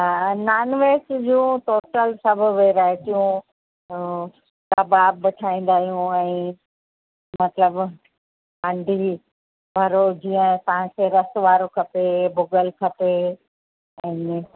हा हा नानवेज जो टोटल सभु वैरायटियूं कबाब ठाहींदा आहियूं ऐं मतिलब हांडी बि हा रोज जीअं तव्हांखे रस वारो खपे भुॻल खपे ऐं ईअं